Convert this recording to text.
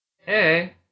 Hey